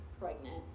pregnant